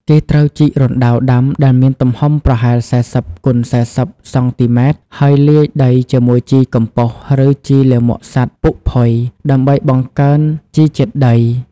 គេត្រូវជីក រណ្តៅដាំ ដែលមានទំហំប្រហែល ៤០គុណ៤០ សង់ទីម៉ែត្រ ហើយលាយដីជាមួយ ជីកំប៉ុស្ត ឬជីលាមកសត្វពុកផុយ ដើម្បីបង្កើនជីជាតិដី។